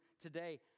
today